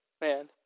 Man